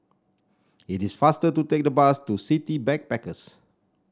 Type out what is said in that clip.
it is faster to take the bus to City Backpackers